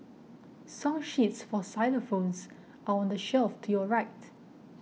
song sheets for xylophones are on the shelf to your right